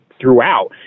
throughout